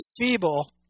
feeble